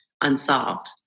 unsolved